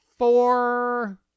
Four